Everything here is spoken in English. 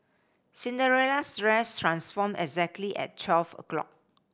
Cinderella's dress transformed exactly at twelve o' clock